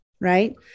right